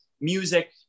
music